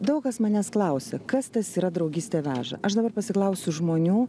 daug kas manęs klausia kas tas yra draugystė veža aš dabar pasiklausiu žmonių